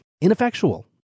ineffectual